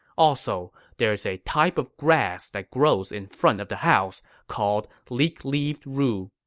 also, there is a type of grass that grows in front of the house called leek-leaved rue.